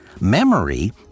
memory